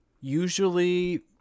usually